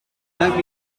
let